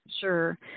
Sure